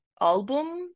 album